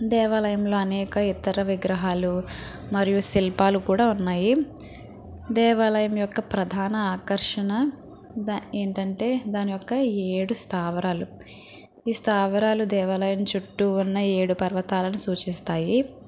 దేవాలయంలో అనేక ఇతర విగ్రహాలు మరియు శిల్పాలు కూడ ఉన్నాయి దేవాలయం యొక్క ప్రధాన ఆకర్షణ ఏంటంటే దాని యొక్క ఏడు స్థావరాలు ఈ స్థావరాలు దేవాలయం చుట్టూ ఉన్న ఏడు పర్వతాలను సూచిస్తాయి